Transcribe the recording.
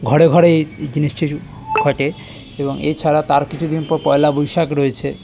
ঘরে ঘরেই এই এই জিনিসটি ঘটে এবং এছাড়া তার কিছুদিন পর পয়লা বৈশাখ রয়েছে